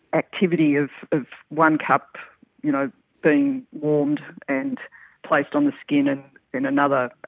activity of one cup you know being warmed and placed on the skin and then another,